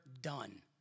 done